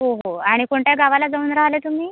हो हो आणि कोणत्या गावाला जाऊन राहिले तुम्ही